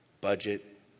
budget